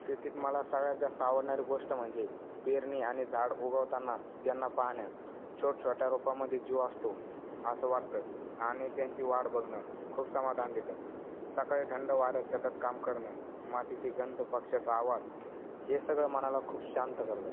शेतीत मला सगळ्यात जास्त आवडणारी गोष्ट म्हणजे पेरणी आणि झाड उगवताना त्यांना पाहण छोट छोट्या रोपाांमध्ये जीव असतो असं वाटतं आणि त्यांची वाढ बघणं खूप समाधान देतं सकाळी थंड वाऱ्यात शेतत काम करणं मातीची गंध पक्षाचा आवाज हे सगळं मनाला खूप शांत करतंय